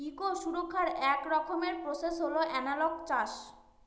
eco সুরক্ষার এক রকমের প্রসেস হল এনালগ চাষ